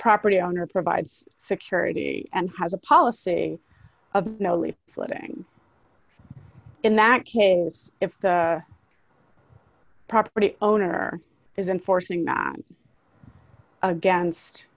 property owner provides security and has a policy of nollie living in that case if the property owner is enforcing that against